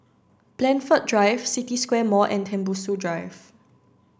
Blandford Drive City Square Mall and Tembusu Drive